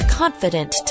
confident